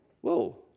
Whoa